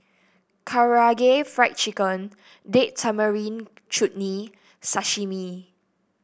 Karaage Fried Chicken Date Tamarind Chutney Sashimi